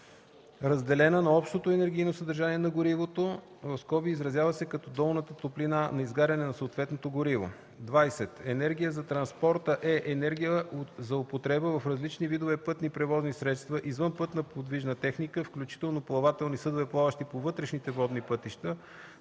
разделена на общото енергийно съдържание на горивото (изразява се като долната топлина на изгаряне на съответното гориво). 20. „Енергия за транспорта” е енергия за употреба в различните видове пътни превозни средства, извънпътна подвижна техника (включително плавателни съдове, плаващи по вътрешните водни пътища),